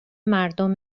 مردم